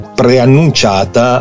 preannunciata